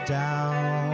down